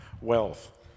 wealth